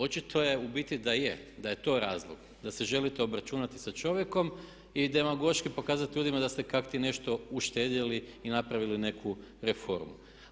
Očito je u biti da je, da je to razlog, da se želite obračunati sa čovjekom i demagoški pokazati ljudima da ste kakti nešto uštedjeli i napravili neku reformu.